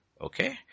Okay